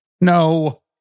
No